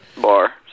bar